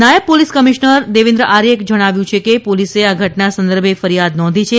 નાયબ police commissioner Devendra આર્યે જણાવ્યું છે કે પોલીસે આ ઘટના સંદર્ભે ફરિયાદ નોંધી છે